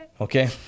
Okay